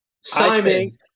Simon